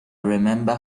remember